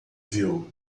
viu